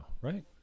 right